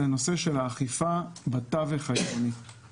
האכיפה בתווך העירוני שהזכרתי בהתחלה.